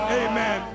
amen